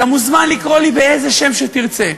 אתה מוזמן לקרוא לי באיזה שם שתרצה,